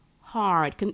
hard